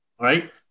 right